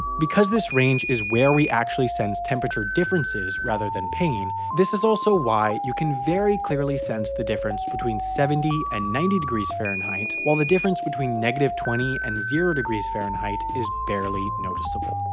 because this range is where we actually sense temperature differences rather than pain, this is also why you can very clearly sense the difference between seventy and ninety degrees fahrenheit while the difference between twenty and zero degrees fahrenheit is barely noticeable.